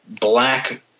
black